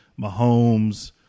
Mahomes